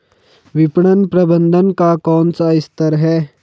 विपणन प्रबंधन का कौन सा स्तर है?